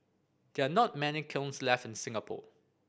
there are not many kilns left in Singapore